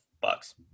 Bucks